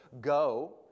Go